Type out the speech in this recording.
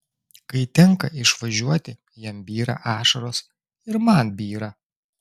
kai tenka išvažiuoti jam byra ašaros ir man byra